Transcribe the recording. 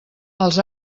els